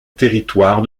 territoire